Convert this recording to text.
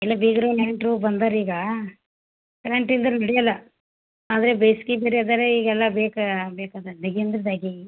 ಎಲ್ಲ ಬೀಗರು ನೆಂಟರು ಬಂದಾರ್ ಈಗ ಕರೆಂಟ್ ಇಲ್ದೆರೆ ನಡೆಯಲ್ಲ ಆದರೆ ಬೇಸ್ಗೆ ಬೇರೆ ಅದರೆ ಈಗೆಲ್ಲ ಬೇಕೇ ಬೇಕಿದೆ ಧಗೆ ಅಂದ್ರೆ ಧಗೆ